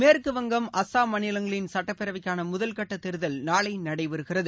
மேற்குவங்கம் அஸ்ஸாம் மாநிவங்களின் சட்டப்பேரவைக்கான முதல்கட்ட தேர்தல் நாளை நடைபெறுகிறது